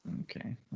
Okay